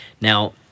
Now